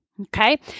Okay